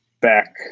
back